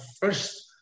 first